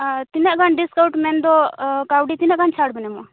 ᱟᱨ ᱛᱤᱱᱟᱜ ᱜᱟᱱ ᱰᱤᱥᱠᱟᱹᱣᱩᱱᱴ ᱢᱮᱱᱫᱚ ᱠᱟᱹᱣᱰᱤ ᱛᱤᱱᱟᱹᱜ ᱜᱟᱱ ᱪᱷᱟᱹᱲ ᱵᱮᱱ ᱮᱢᱚᱜᱼᱟ